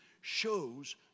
shows